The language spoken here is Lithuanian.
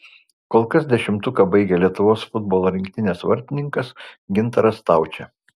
kol kas dešimtuką baigia lietuvos futbolo rinktinės vartininkas gintaras staučė